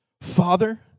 Father